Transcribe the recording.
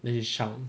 then he shy